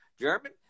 German